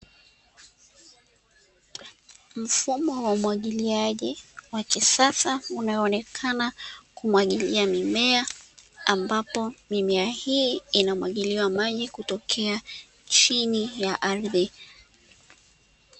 Mfumo wa umwagiliaji wa kisasa unaonekana kumwagilia mimea, ambapo mimea hii inamwagiliwa maji kutokea chini ya ardhi.